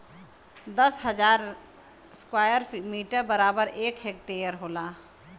दस हजार square metre बराबर एक हेक्टेयर होला